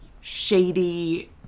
shady